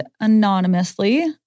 anonymously